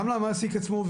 גם למעסיק עצמו,